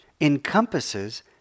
encompasses